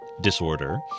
disorder